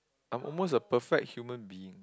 I'm almost a perfect human being